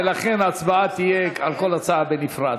ולכן ההצבעה תהיה על כל הצעה בנפרד.